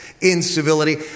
incivility